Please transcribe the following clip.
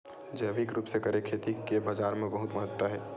जैविक रूप से करे खेती के बाजार मा बहुत महत्ता हे